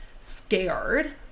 scared